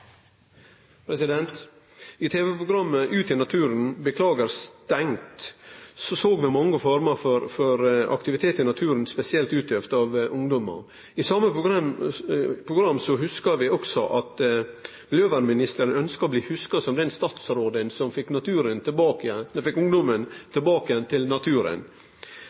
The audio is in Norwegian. I tv-programmet «Ut i naturen» med tittelen «Beklager stengt!» såg vi mange former for aktivitet i naturen, spesielt utøvd av ungdomar. Frå same program hugsar vi også at miljøvernministeren ønskte å bli hugsa som den statsråden som fekk ungdomen tilbake igjen